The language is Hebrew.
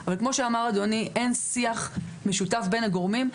אבל כמו שאמר אדוני אין שיח משותף בין הגורמים,